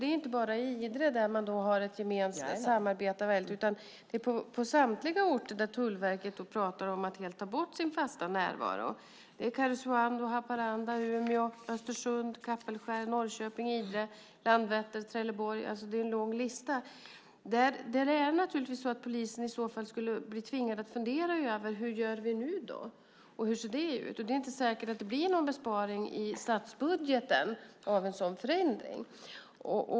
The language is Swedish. Det är inte bara i Idre som det finns ett samarbete, utan det finns på samtliga orter där Tullverket pratar om att helt ta bort sin fasta närvaro - Karesuando, Haparanda, Umeå, Östersund, Kapellskär, Norrköping, Landvetter, Trelleborg. Det är alltså en lång lista. Där skulle polisen i så fall bli tvingad att fundera över hur man skulle göra och hur det skulle se ut, och det är inte säkert att det skulle bli någon besparing i statsbudgeten av en sådan förändring.